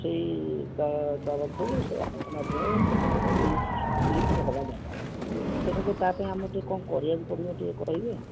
ସେହି ତ ତରଫରୁ ସେ ଆପଣଙ୍କ ମାଧ୍ୟମରେ କେତେଗୁଡ଼ିଏ ଲିଷ୍ଟ ହେବା ଦରକାର ତେଣୁକରି ତା ପାଇଁ ଆମେ ଟିକିଏ କ'ଣ କରିବାକୁ ପଡ଼ିବ ଟିକିଏ କହିବେ